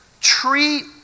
treat